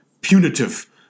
punitive